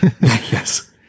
Yes